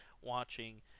watching